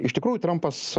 iš tikrųjų trumpas